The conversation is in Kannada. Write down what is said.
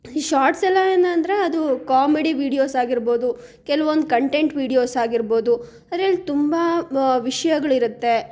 ಈ ಶಾರ್ಟ್ಸ್ ಎಲ್ಲ ಏನಂದರೆ ಅದು ಕಾಮಿಡಿ ವೀಡಿಯೋಸ್ ಆಗಿರ್ಬೋದು ಕೆಲ್ವೊಂದು ಕಂಟೆಂಟ್ ವೀಡಿಯೋಸ್ ಆಗಿರ್ಬೋದು ಅದರಲ್ಲಿ ತುಂಬ ವಿಷ್ಯಗಳಿರುತ್ತೆ